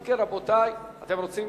אם כן, רבותי, אתם רוצים,